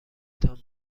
تان